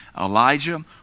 Elijah